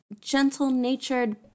gentle-natured